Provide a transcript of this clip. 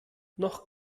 noch